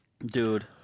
Dude